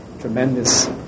tremendous